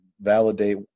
validate